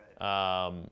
Right